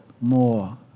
More